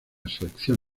selección